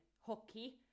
hockey